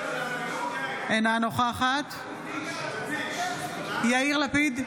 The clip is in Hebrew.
אינה נוכחת יאיר לפיד,